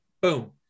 boom